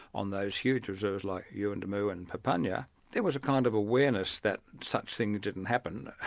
on those huge reserves like yuendamu, and papunya, there was a kind of awareness that such things didn't happen,